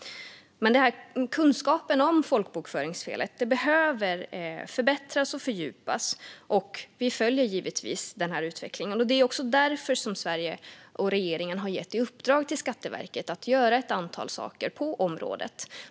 Kunskapen om folkbokföringsfelet behöver förbättras och fördjupas, och vi följer givetvis denna utveckling. Det är också därför Sverige och regeringen har gett i uppdrag till Skatteverket att göra ett antal saker på området.